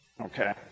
okay